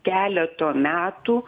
keleto metų